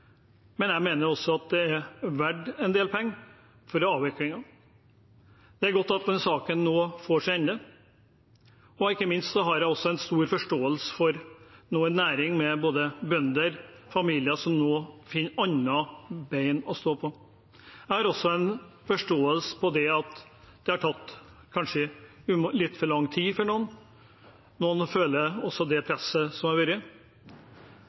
men jeg mener også at avviklingen er verdt en del penger. Det er godt at saken nå får sin ende, og ikke minst har jeg stor forståelse for en næring med bønder og familier som nå finner andre bein å stå på. Jeg har også forståelse for at det kanskje har tatt litt for lang tid for noen. Noen føler også det presset som har vært.